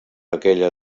aquella